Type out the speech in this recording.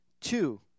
Two